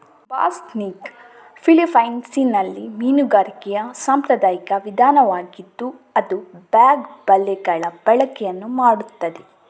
ಬಾಸ್ನಿಗ್ ಫಿಲಿಪೈನ್ಸಿನಲ್ಲಿ ಮೀನುಗಾರಿಕೆಯ ಸಾಂಪ್ರದಾಯಿಕ ವಿಧಾನವಾಗಿದ್ದು ಅದು ಬ್ಯಾಗ್ ಬಲೆಗಳ ಬಳಕೆಯನ್ನು ಮಾಡುತ್ತದೆ